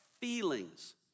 feelings